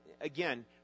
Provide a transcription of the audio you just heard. again